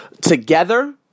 together